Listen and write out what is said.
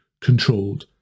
controlled